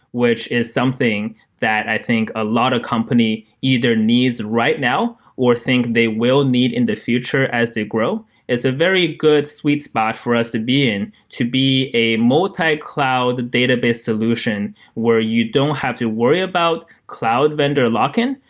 which is something that i think a lot of company either needs right now or think they will need in the future as they grow is a very good sweet spot for us to be in to be a multi-cloud database solution where you don't have to worry about cloud vendor lock-in,